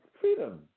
freedom